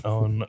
on